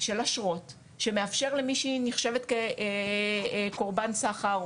של אשרות שמאפשר לכל מי שהיא נחשבת קורבן סחר,